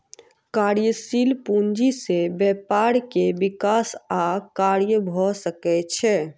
कार्यशील पूंजी से व्यापार के विकास आ कार्य भ सकै छै